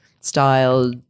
style